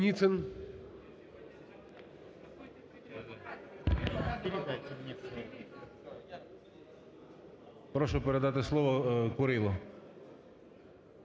Прошу передати слово Курилу.